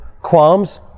Qualms